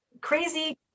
crazy